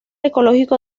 ecológico